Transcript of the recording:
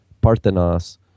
Parthenos